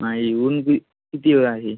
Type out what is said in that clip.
हां हे ऊनबी किती वेळ आहे